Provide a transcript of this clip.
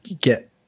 get